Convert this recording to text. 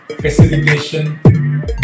facilitation